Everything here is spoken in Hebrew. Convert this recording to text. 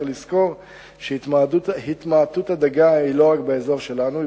צריך לזכור שהתמעטות הדגה היא לא רק באזור שלנו,